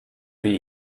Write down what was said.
wie